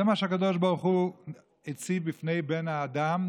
זה מה שהקדוש ברוך הוא הציב בפני בן האדם,